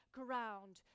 ground